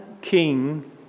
king